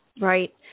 Right